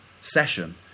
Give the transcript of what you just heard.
session